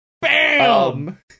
Bam